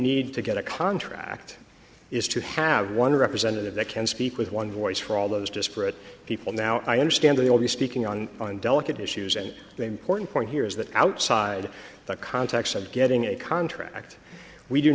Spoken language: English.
need to get a contract is to have one representative that can speak with one voice for all those disparate people now i understand they will be speaking on on delicate issues and the important point here is that outside the context of getting a contract we do